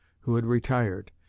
who had retired.